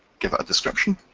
give it a description,